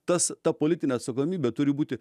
tas ta politinė atsakomybė turi būti